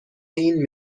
این